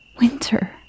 Winter